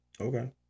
Okay